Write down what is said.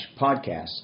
podcast